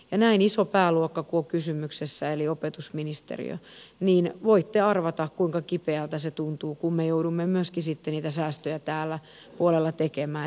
ja näin iso pääluokka kun on kysymyksessä eli opetusministeriö niin voitte arvata kuinka kipeältä se tuntuu kun me joudumme myöskin niitä säästöjä tällä puolella tekemään